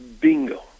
Bingo